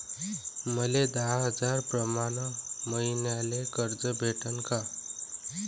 मले दहा हजार प्रमाण मईन्याले कर्ज भेटन का?